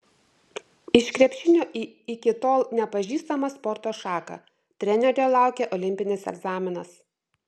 iš krepšinio į iki tol nepažįstamą sporto šaką trenerio laukia olimpinis egzaminas